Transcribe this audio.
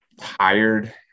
tired